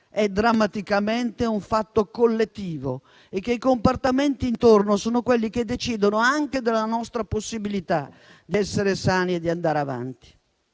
ma drammaticamente collettivo e i comportamenti intorno sono quelli che decidono anche della nostra possibilità di essere sani e di andare avanti.